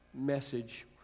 message